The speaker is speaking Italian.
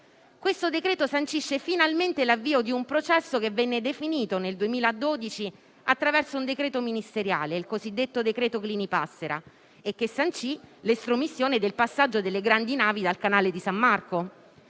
decreto-legge sancisce finalmente l'avvio di un processo, che venne definito, nel 2012, attraverso un decreto ministeriale, il cosiddetto decreto Clini-Passera, e che sancì l'estromissione del passaggio delle grandi navi dal canale di San Marco.